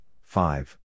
five